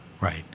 Right